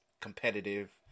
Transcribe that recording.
competitive